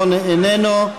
איננו,